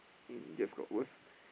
it just got worse